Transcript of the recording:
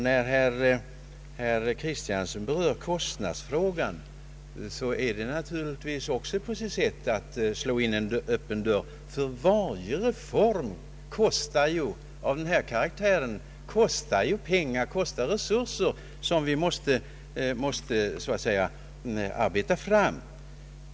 När herr Kristiansson berör kostnadsfrågan slår han också in en öppen dörr. Varje reform av denna karaktär kostar pengar, resurser, som vi måste så att säga arbeta fram.